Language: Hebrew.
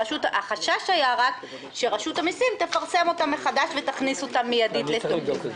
החשש היה שרשות המסים תפרסם אותם מחדש ותכניס אותם מיידית לתוקף.